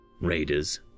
Raiders